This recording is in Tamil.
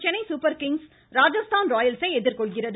Chennai super kings Rajasthan royals ஐ எதிர்கொள்கிறது